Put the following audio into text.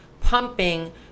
pumping